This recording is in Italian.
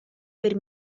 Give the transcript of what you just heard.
per